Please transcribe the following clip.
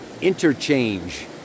interchange